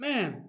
Man